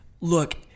look